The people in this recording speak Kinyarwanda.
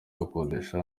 gukodesha